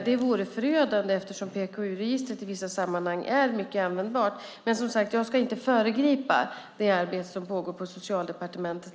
Det vore förödande eftersom PKU-registret i vissa sammanhang är mycket användbart. Men jag ska som sagt inte föregripa det arbete som pågår på Socialdepartementet.